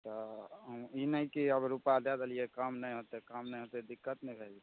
तऽ ई नहि कि अब रुपआ दै देलीयै काम नहि होयतै काम नहि होयतै दिक्कत ने भए जेतै